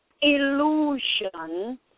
illusion